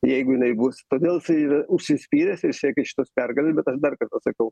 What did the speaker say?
jeigu jinai bus todėl ir užsispyręs ir siekia šitos pergalės bet aš dar kartą sakau